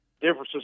differences